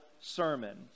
sermon